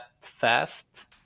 fast